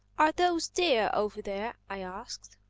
are those deer over there? i asked.